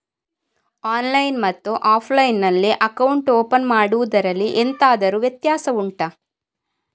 online ಮತ್ತು offline ನಲ್ಲಿ account open ಮಾಡುವುದರಲ್ಲಿ ಎಂತಾದರು ವ್ಯತ್ಯಾಸ ಉಂಟಾ